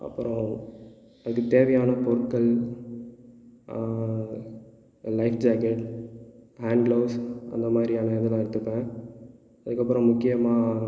அப்புறம் அதுக்கு தேவையான பொருட்கள் லைஃப் ஜாக்கெட் ஹேண்ட் கிளவ்ஸ் அந்த மாதிரியான இதெல்லாம் எடுத்துப்பேன் அதுக்கப்புறம் முக்கியமாக